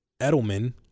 Edelman